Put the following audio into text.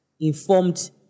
informed